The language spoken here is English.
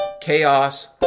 chaos